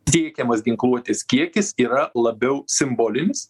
tiekiamas ginkluotės kiekis yra labiau simbolinis